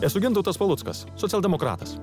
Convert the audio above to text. esu gintautas paluckas socialdemokratas